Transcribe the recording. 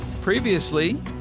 Previously